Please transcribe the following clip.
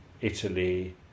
Italy